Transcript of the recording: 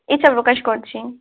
ইচ্ছা প্রকাশ করছি